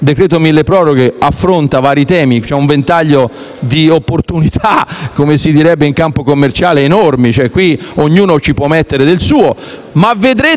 decreto milleproroghe affronta vari temi e ha un ventaglio di opportunità, come si direbbe in campo commerciale, enorme cui ognuno può aggiungere del suo (e vedrete cosa